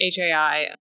HAI